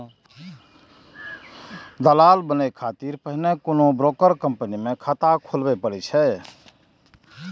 दलाल बनै खातिर पहिने कोनो ब्रोकर कंपनी मे खाता खोलबय पड़ै छै